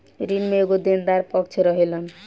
ऋण में एगो देनदार पक्ष रहेलन